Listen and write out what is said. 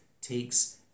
takes